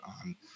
on